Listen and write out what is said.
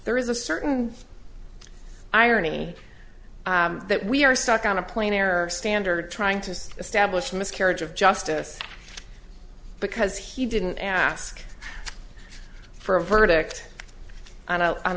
there is a certain irony that we are stuck on a plane or standard trying to establish a miscarriage of justice because he didn't ask for a verdict on